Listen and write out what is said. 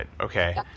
Okay